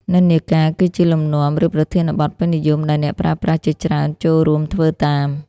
និន្នាការ គឺជាលំនាំ ឬប្រធានបទពេញនិយមដែលអ្នកប្រើប្រាស់ជាច្រើនចូលរួមធ្វើតាម។